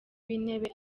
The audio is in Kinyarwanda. w’intebe